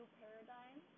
paradigm